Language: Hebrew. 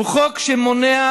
הוא חוק שמונע,